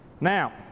Now